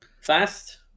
fast